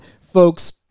folks